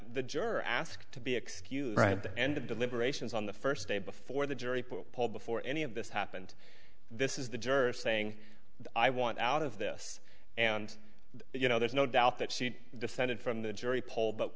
the juror asked to be excused right at the end of deliberations on the first day before the jury pool hall before any of this happened this is the juror saying i want out of this and you know there's no doubt that she descended from the jury polled but